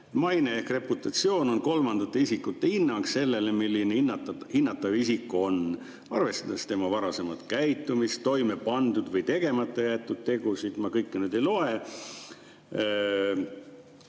maine ehk reputatsioon on kolmandate isikute hinnang sellele, milline hinnatav isik on, arvestades tema varasemat käitumist, toimepandud või tegemata jäetud tegusid – ma kõike ette ei loe